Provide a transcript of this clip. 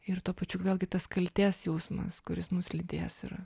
ir tuo pačiu vėlgi tas kaltės jausmas kuris mus lydės ir